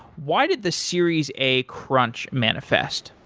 why did the series a crunch manifest?